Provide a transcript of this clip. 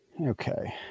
Okay